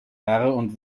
und